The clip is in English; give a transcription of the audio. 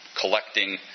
collecting